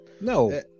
No